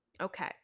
okay